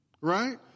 right